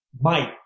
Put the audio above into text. Mike